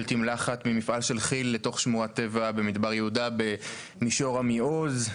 תמלחת ממפעל של כיל לתוך שמורת טבע במדבר יהודה במישור עמיעז.